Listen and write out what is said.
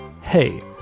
hey